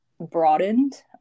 broadened